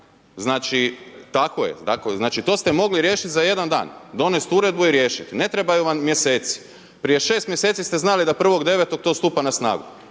znači to ste mogli riješiti za jedan dan, donest uredbu i riješiti. Ne trebaju vam mjeseci. Prije 6 mj. ste znali da 1.9. to stupa na snagu,